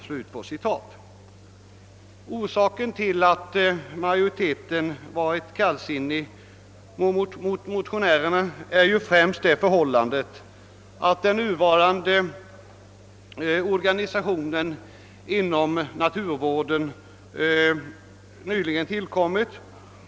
sinnig mot motionerna är främst att den nuvarande organisationen inom naturvården nyligen tillkommit.